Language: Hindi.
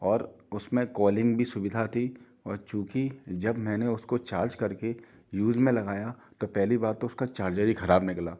और उस में कौलींग की सुविधा थी और चूंकि जब मैंने उसको चार्ज कर के यूज़ में लगाया तो पहली बात तो उसका चार्जर ही ख़राब निकला